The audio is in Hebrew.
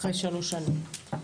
אחרי שלוש שנים.